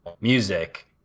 music